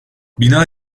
bina